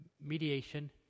mediation